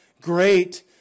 great